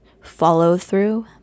follow-through